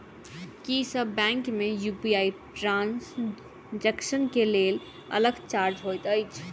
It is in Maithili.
की सब बैंक मे यु.पी.आई ट्रांसजेक्सन केँ लेल अलग चार्ज होइत अछि?